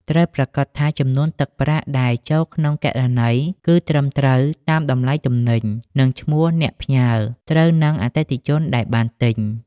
ត្រូវប្រាកដថាចំនួនទឹកប្រាក់ដែលចូលក្នុងគណនី គឺត្រឹមត្រូវតាមតម្លៃទំនិញ និងឈ្មោះអ្នកផ្ញើត្រូវនឹងអតិថិជនដែលបានទិញ។